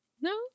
no